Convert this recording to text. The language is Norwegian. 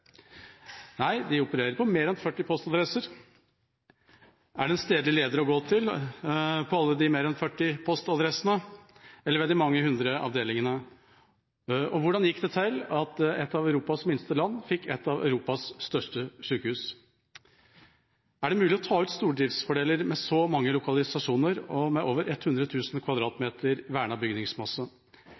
Nei, de opererer på mer enn 40 postadresser. Er det en stedlig leder å gå til på alle de mer enn 40 postadressene, eller ved de mange hundre avdelingene? Hvordan gikk det til at et av Europas minste land fikk et av Europas største sykehus? Er det mulig å ta ut stordriftsfordeler med så mange lokalisasjoner og med mer enn 100 000 m2 vernet bygningsmasse,